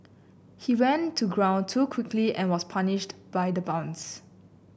he went to ground too quickly and was punished by the bounce